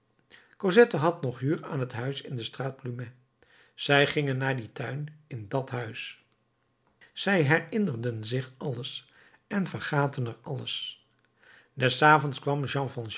cosette had nog huur aan het huis in de straat plumet zij gingen naar dien tuin en dat huis zij herinnerden zich alles en vergaten er alles des avonds kwam